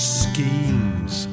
schemes